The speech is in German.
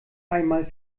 einmal